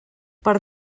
per